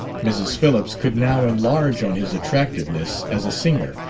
mrs. phillips could now enlarge on his attractiveness as a singer,